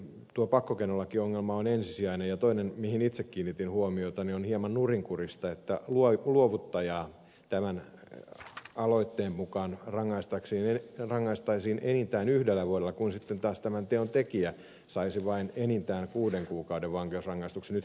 tuo pakkokeinolakiongelma on ensisijainen ja toiseksi mihin itse kiinnitin huomiota on hieman nurinkurista että luovuttajaa tämän aloitteen mukaan rangaistaisiin enintään yhdellä vuodella kun sitten taas tämän teon tekijä saisi vain enintään kuuden kuukauden vankeusrangaistuksen